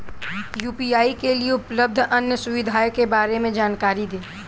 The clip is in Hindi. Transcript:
यू.पी.आई के लिए उपलब्ध अन्य सुविधाओं के बारे में जानकारी दें?